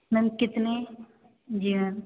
ma'am कितने जी ma'am